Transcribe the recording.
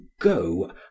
go